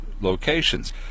locations